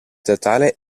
teatrale